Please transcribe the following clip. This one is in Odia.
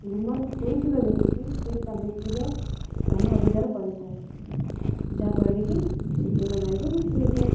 ରୁମାଲ୍ ଥୋଇଥିବା ବ୍ୟକ୍ତିଟି ସେ ତା ବ୍ୟକ୍ତିର ସ୍ଥାନ ଅଧିକାର କରିଥାଏ ଯାହାଫଳରେ କି ସେ ଚୋର ଦାଉରୁ ମୁକ୍ତି ହୋଇଥାଏ